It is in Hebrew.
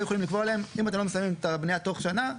היו יכולים לקבוע להם אם אתם לא מסיימים את הבנייה תוך שנה,